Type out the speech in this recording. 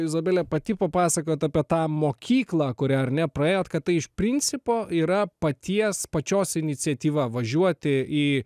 izabele pati papasakojot apie tą mokyklą kurią ar ne praėjot kad tai iš principo yra paties pačios iniciatyva važiuoti į